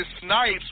Snipes